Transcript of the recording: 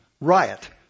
riot